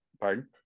pardon